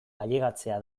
ailegatzea